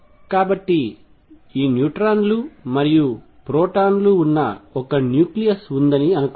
కాబట్టి ఈ న్యూట్రాన్లు మరియు ప్రోటాన్లు ఉన్న ఒక న్యూక్లియస్ ఉందని అనుకుందాం